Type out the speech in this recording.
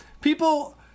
People